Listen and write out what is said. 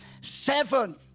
seven